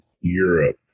Europe